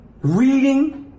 reading